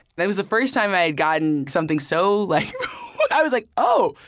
that was the first time i had gotten something so like i was like, oh,